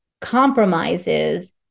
compromises